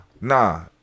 nah